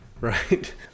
right